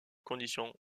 condition